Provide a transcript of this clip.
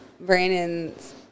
Brandon's